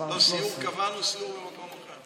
מספר 13. קבענו סיור למקום אחר.